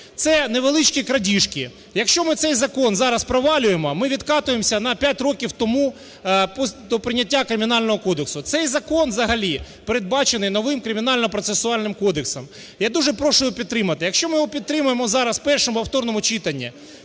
це невеличкі крадіжки. Якщо ми цей закон зараз провалюємо, ми відкатуємося на 5 років тому до прийняття Кримінального кодексу. Цей закон взагалі передбачений новим Кримінальним процесуальним кодексом. Я дуже прошу його підтримати. Якщо ми його підтримаємо зараз у першому повторному читанні